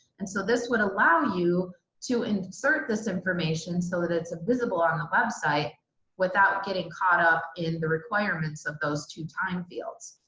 and so this would allow you to insert this information so that it's visible on the website without getting caught up in the requirements of those two time fields.